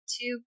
two